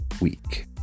week